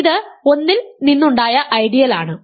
ഇത് 1 ഇൽ നിന്നുണ്ടായ ഐഡിയൽ ആണ്